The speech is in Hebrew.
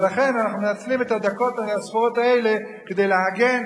ולכן אנחנו מנצלים את הדקות הספורות האלה כדי להגן